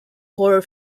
horror